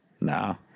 No